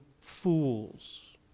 fools